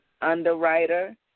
underwriter